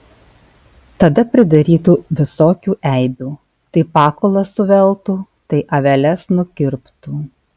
tada pridarytų visokių eibių tai pakulas suveltų tai aveles nukirptų